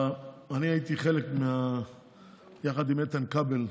אני הייתי חלק, יחד עם איתן כבל,